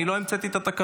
אני לא המצאתי את התקנון.